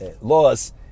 laws